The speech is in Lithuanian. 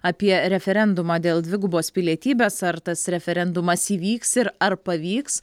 apie referendumą dėl dvigubos pilietybės ar tas referendumas įvyks ir ar pavyks